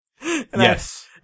Yes